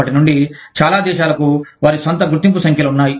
అప్పటి నుండి చాలా దేశాలకు వారి స్వంత గుర్తింపు సంఖ్యలు ఉన్నాయి